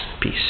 peace